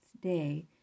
day